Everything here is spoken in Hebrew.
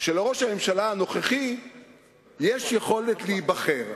שלראש הממשלה הנוכחי יש יכולת להיבחר,